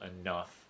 enough